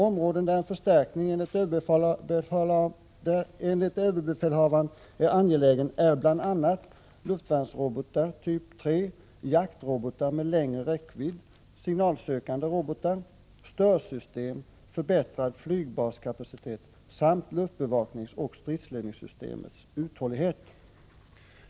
Områden där en förstärkning enligt överbefälhavaren är angelägen är bl.a. luftvärnsrobotar, typ III, jaktrobotar med längre räckvidd, signalsökande robotar, störsystem, förbättrad flygbaskapacitet samt luftbevakningsoch stridsledningssystemens uthållighet.